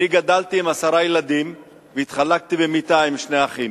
אני גדלתי עם עשרה ילדים והתחלקתי במיטה עם שני אחים,